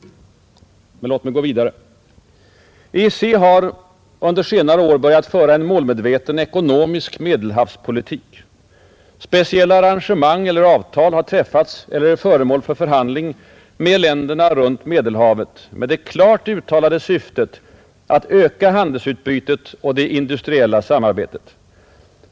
Men låt mig gå vidare! EEC har under senare år börjat föra en målmedveten ekonomisk Medelhavspolitik. Speciella arrangemang eller avtal har träffats eller är föremål för behandling med länderna runt Medelhavet med det klart uttalade syftet att öka handelsutbytet och det industriella samarbetet.